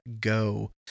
go